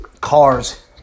cars